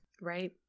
Right